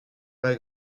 pas